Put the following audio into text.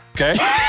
okay